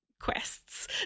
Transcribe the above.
quests